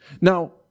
Now